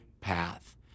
path